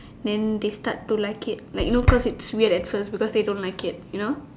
then they start to like it like you know it's weird at first because they don't like it you know